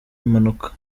impanuka